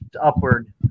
upward